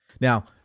Now